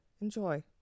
enjoy